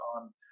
on